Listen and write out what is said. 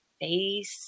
face